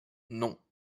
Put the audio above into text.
non